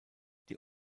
die